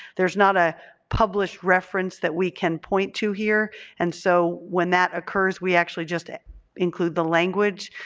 there's not a published reference that we can point to here and so when that occurs we actually just include the language.